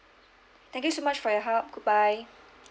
thank you so much for your help goodbye